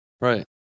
right